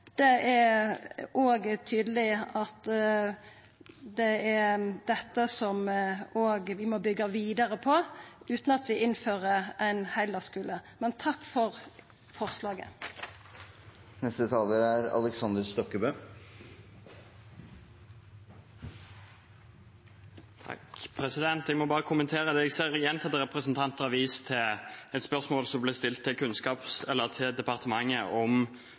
Det er òg tydeleg at det er dette vi må byggja vidare på, utan at vi innfører ein heildagsskule – men takk for forslaget. Jeg må bare kommentere dette. Gjentatte ganger har representanter vist til et spørsmål som ble stilt til departementet, om